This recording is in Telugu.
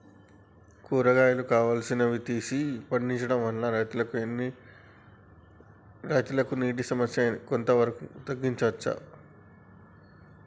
కూరగాయలు కాలువలు తీసి పండించడం వల్ల రైతులకు నీటి సమస్య కొంత వరకు తగ్గించచ్చా?